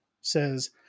says